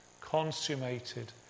consummated